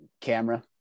camera